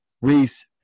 Reese